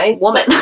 woman